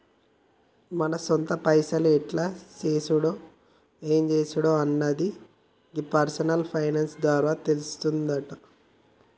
మన సొంత పైసలు ఎట్ల చేసుడు ఎం జేసుడు అన్నది గీ పర్సనల్ ఫైనాన్స్ ద్వారా తెలుస్తుందంటి